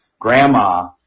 grandma